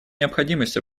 необходимость